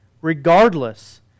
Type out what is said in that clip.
Regardless